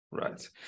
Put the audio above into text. Right